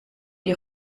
die